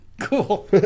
Cool